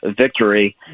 victory